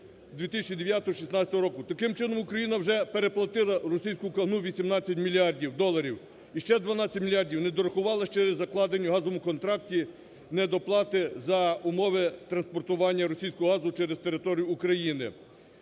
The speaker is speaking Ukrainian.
Таким чином Україна вже переплатила в російську казну 18 мільярдів доларів і ще 12 мільярдів не дорахувала через закладені в газовому контракті недоплати за умови транспортування російського газу через територію України.